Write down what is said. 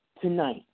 tonight